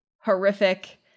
horrific